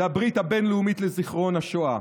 שזו הברית הבין-לאומית לזיכרון השואה,